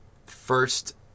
first